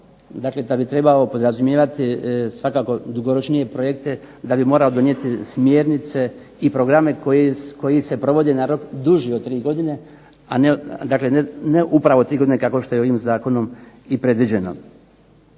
dakle kada bi trebao podrazumijevati svakako dugoročnije projekte, da bi morao donijeti smjernice i programe koji se provode na rok duži od tri godine, a ne upravo tri godine kako što je ovim zakonom i predviđeno.